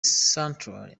centrally